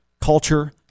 culture